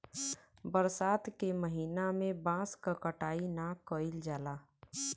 बरसात के महिना में बांस क कटाई ना कइल जाला